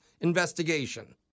investigation